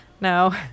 no